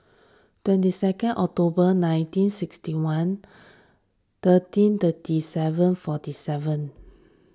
twenty second October nineteen sixty one thirteen thirty seven forty seven